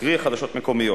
קרי, חדשות מקומיות.